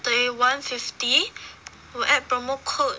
thirty one fifty woo~ add promo code